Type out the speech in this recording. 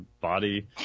body